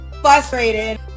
frustrated